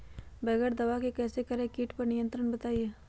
बगैर दवा के कैसे करें कीट पर नियंत्रण बताइए?